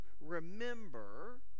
remember